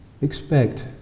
Expect